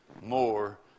more